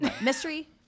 Mystery